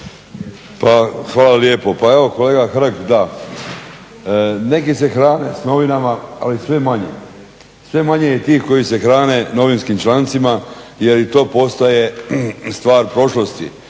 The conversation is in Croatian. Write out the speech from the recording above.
Hvala lijepo. Pa evo kolega Hrg da, neki se hrane s novinama ali sve manje. Sve manje je tih koji se hrane novinskim člancima jer i to postaje stvar prošlosti.